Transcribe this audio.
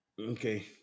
Okay